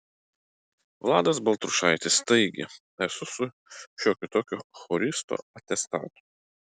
vladas baltrušaitis taigi esu su šiokiu tokiu choristo atestatu